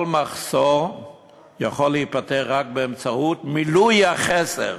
כל מחסור יכול להיפתר רק באמצעות מילוי החסר.